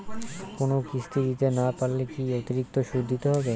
কোনো কিস্তি দিতে না পারলে কি অতিরিক্ত সুদ দিতে হবে?